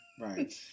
right